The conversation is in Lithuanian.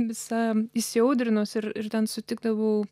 visa įsiaudrinusi ir ir ten sutikdavau